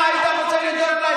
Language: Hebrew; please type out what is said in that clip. אם היית רוצה לדאוג להם,